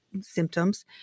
symptoms